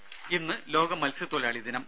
ദേദ ഇന്ന് ലോക മത്സ്യത്തൊഴിലാളി ദിനം